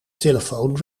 telefoon